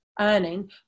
earning